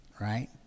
right